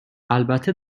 البته